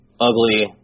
ugly